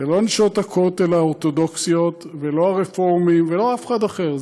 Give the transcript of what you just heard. לא נשות הכותל האורתודוקסיות ולא הרפורמים ולא אף אחד אחר,